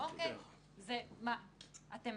האם אתם